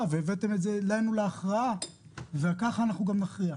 והבאתם את זה לנו להכרעה וככה אנחנו גם נכריע,